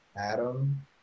Adam